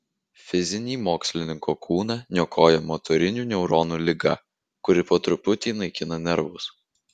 fizinį mokslininko kūną niokoja motorinių neuronų liga kuri po truputį naikina nervus